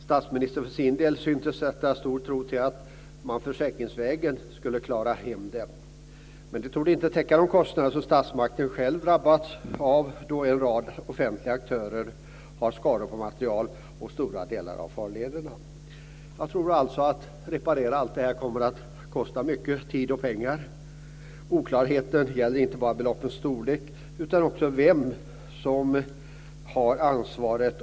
Statsministern synes för sin del sätta stor tro till att man skulle klara detta försäkringsvägen, men därmed torde man inte täcka de kostnader som statsmakten själv drabbas av. En rad offentliga aktörer har fått vidkännas skador på materiel och på stora delar av farlederna. Jag tror att det kommer att kosta mycket tid och pengar att reparera detta. Oklarheten gäller inte bara beloppens storlek utan också vem som har ansvaret.